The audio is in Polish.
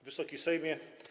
Wysoki Sejmie!